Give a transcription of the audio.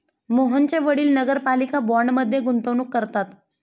मोहनचे वडील नगरपालिका बाँडमध्ये गुंतवणूक करतात